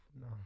No